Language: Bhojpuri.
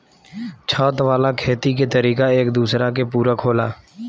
छत वाला खेती के तरीका एक दूसरा के पूरक होला